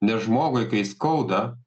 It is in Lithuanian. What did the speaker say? nes žmogui kai skauda